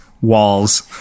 walls